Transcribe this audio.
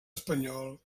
espanyol